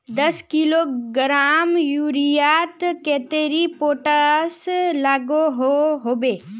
दस किलोग्राम यूरियात कतेरी पोटास लागोहो होबे?